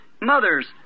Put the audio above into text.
mothers